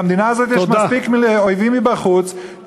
למדינה הזאת יש מספיק אויבים מבחוץ.